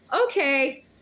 Okay